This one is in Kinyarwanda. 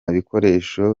bikoresho